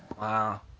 Wow